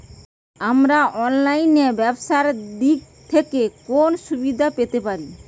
আমরা অনলাইনে ব্যবসার দিক থেকে কোন সুবিধা পেতে পারি?